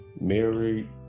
married